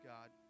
God